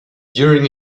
during